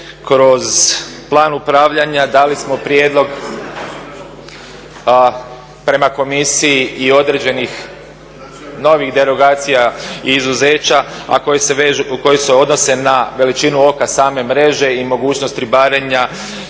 Kroz plan upravljanja dali smo prijedlog prema komisiji i određenih novih derogacija i izuzeća, a koji se odnose na veličinu oka same mreže i mogućnost ribarenja